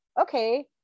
okay